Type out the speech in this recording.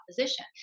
opposition